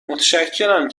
متشکرم